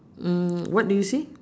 mm what do you see